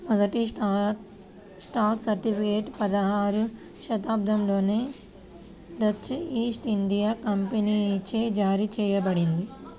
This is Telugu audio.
మొదటి స్టాక్ సర్టిఫికేట్ పదహారవ శతాబ్దంలోనే డచ్ ఈస్ట్ ఇండియా కంపెనీచే జారీ చేయబడింది